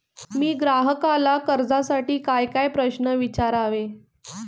मी ग्राहकाला कर्जासाठी कायकाय प्रश्न विचारावे?